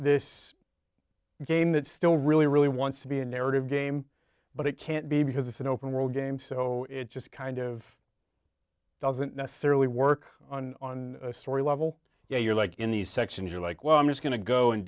this game that still really really wants to be a narrative game but it can't be because it's an open world game so it just kind of doesn't necessarily work on on a story level you know you're like in these sections you're like well i'm just going to go and